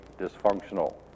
dysfunctional